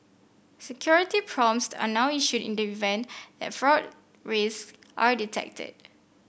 security prompts are now issued in the event that fraud risk are detected